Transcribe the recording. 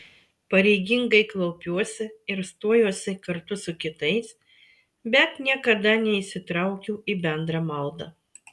pareigingai klaupiuosi ir stojuosi kartu su kitais bet niekada neįsitraukiu į bendrą maldą